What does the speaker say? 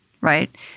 right